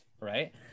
right